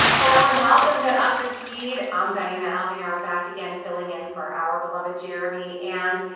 hello and welcome to up to speed, i'm diana alvear, back, again, filling in for our beloved jeremy. and.